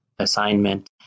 assignment